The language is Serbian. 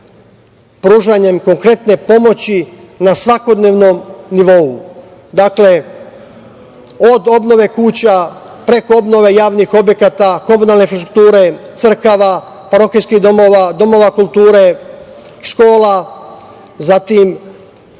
pružanjem konkretne pomoći na svakodnevnom nivou, dakle, od obnove kuća, preko obnove javnih objekata, komunalne infrastrukture, crkava, parohijskih domova, domova kulture, škola. Zatim,